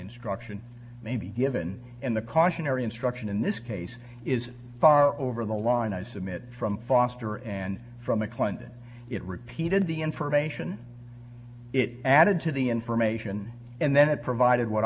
instruction may be given in the cautionary instruction in this case is far over the line i submit from foster and from the clinton it repeated the information it added to the information and then it provided w